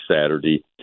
saturday